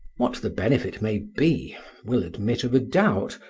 what the benefit may be will admit of a doubt,